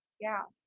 yeah.